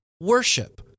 worship